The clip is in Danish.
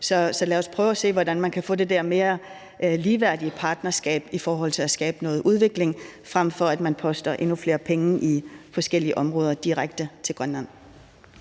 så lad os prøve at se, hvordan man kan få det der mere ligeværdige partnerskab i forhold til at skabe noget udvikling, frem for at man poster endnu flere penge i forskellige områder direkte til Grønland.